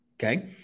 Okay